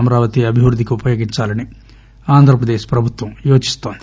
అమరావతి అభివృద్దికి ఉపయోగించాలని ఆంధ్రప్రదేశ్ ప్రభుత్వం యోచిస్తోంది